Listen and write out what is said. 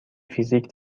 فیزیک